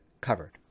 covered